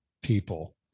people